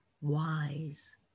wise